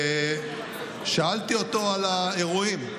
ושאלתי אותו על האירועים.